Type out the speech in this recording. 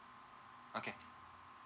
okay